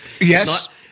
Yes